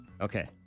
Okay